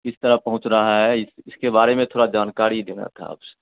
किस तरह पहुँच रहा है इस इसके बारे में थोड़ा जानकारी लेना था आपसे